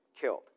killed